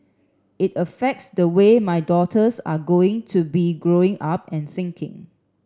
it affects the way my daughters are going to be Growing Up and thinking